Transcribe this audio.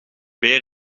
beer